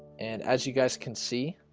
and as you guys can see